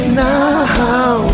now